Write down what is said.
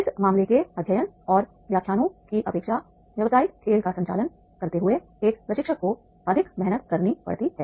इस मामले के अध्ययन और व्याख्यानों की अपेक्षा व्यवसायिक खेल का संचालन करते हुए एक प्रशिक्षक को अधिक मेहनत करनी पड़ती है